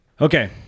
Okay